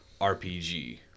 RPG